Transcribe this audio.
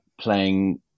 playing